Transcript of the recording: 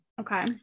Okay